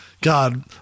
God